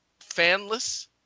fanless